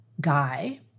guy